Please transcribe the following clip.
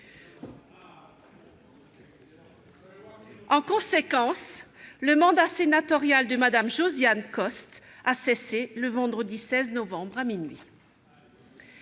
En conséquence, le mandat sénatorial de Mme Josiane Costes a cessé le vendredi 16 novembre, à minuit.